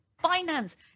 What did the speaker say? finance